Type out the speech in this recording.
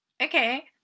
okay